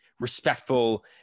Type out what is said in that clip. respectful